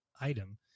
item